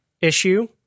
issue